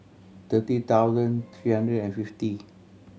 thirty thousand three hundred and fifty